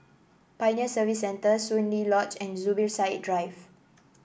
Pioneer Service Centre Soon Lee Lodge and Zubir Said Drive